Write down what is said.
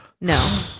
No